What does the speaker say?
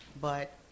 But-